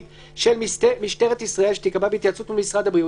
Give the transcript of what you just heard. של משטרת ישראל שתיקבע בהתייעצות מול משרד הבריאות.